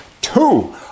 Two